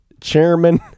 Chairman